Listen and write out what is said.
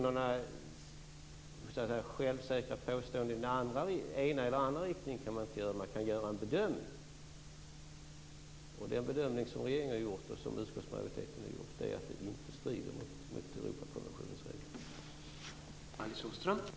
Jag tycker att självsäkra påståenden i den ena eller andra riktningen kan man inte göra. Man kan göra en bedömning, och den bedömning som regeringen har gjort, och som utskottsmajoriteten också har gjort, är att det inte strider mot Europakonventionens regler.